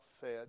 fed